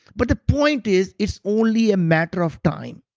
but the point is it's only a matter of time.